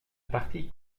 partie